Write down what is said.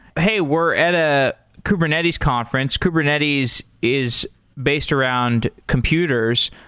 hey, we're at a kubernetes conference. kubernetes is based around computers.